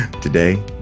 today